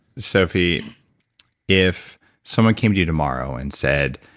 sophie if someone came to you tomorrow and said,